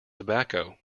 tobacco